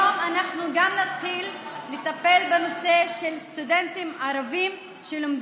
יש אפליה מובנית שצריך להסדיר אותה.